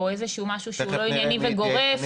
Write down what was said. או איזה שהוא משהו שהוא לא ענייני וגורף --- תיכף